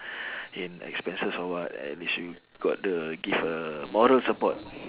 in expenses or what at least you got the give a moral support